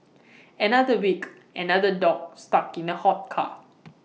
another week another dog stuck in A hot car